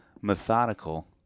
Methodical